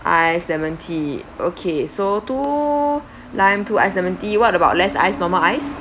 ice lemon tea okay so two lime two ice lemon tea what about less ice normal ice